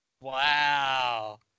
Wow